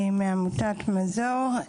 מעמותת מזור,